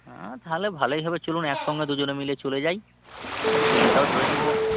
হ্যাঁ তাহলে ভালোই হবে চলুন এক সঙ্গে দুজনে মিলে চলে যাই ট্রেনটাও ধরে নেব